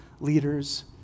leaders